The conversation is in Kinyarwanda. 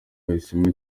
bahisemo